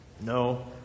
No